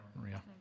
Maria